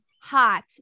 Hot